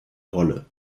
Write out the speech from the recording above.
rolle